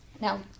Now